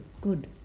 Good